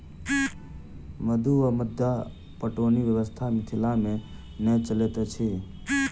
मद्दु वा मद्दा पटौनी व्यवस्था मिथिला मे नै चलैत अछि